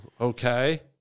Okay